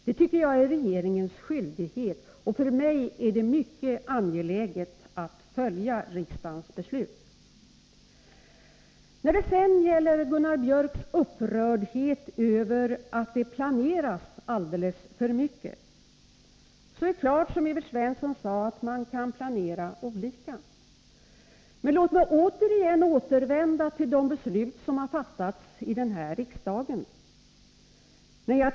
Det tycker jag är regeringens skyldighet att göra, och för mig är det mycket angeläget att följa riksdagens beslut. När det sedan gäller Gunnar Biörcks upprördhet över att det planeras så mycket — alldeles för mycket enligt hans uppfattning — vill jag säga att det är klart att man kan planera olika, som Evert Svensson sade. Men låt mig igen återvända till de beslut som har fattats av riksdagen.